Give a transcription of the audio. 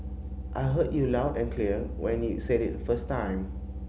I heard you loud and clear when you said it the first time